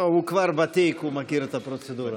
הוא כבר ותיק, הוא מכיר את הפרוצדורה.